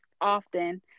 often